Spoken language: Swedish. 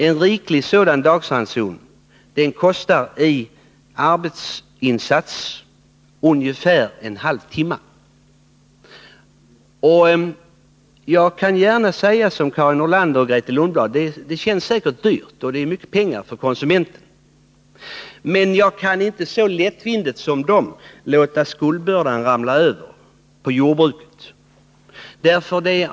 En riklig sådan dagsranson kostar i arbetsinsats för denne industriarbetare ungefär en halv timme. Jag kan gärna hålla med Karin Nordlander och Grethe Lundblad om att det säkert kan uppfattas som dyrt och att det är mycket pengar för konsumenten. Men jag kan inte så lättvindigt som de låta skuldbördan ramla över på jordbruket.